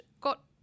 got